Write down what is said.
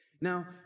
Now